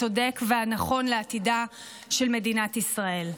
הצודק והנכון לעתידה של מדינת ישראל.